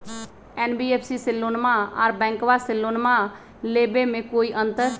NBFC से लोनमा आर बैंकबा से लोनमा ले बे में कोइ अंतर?